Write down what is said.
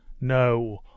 No